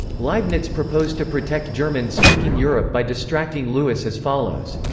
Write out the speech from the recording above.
leibniz proposed to protect german-speaking europe by distracting louis as follows.